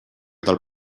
del